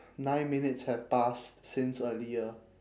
nine minutes have passed since earlier